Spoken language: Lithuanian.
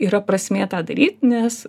yra prasmė tą daryt nes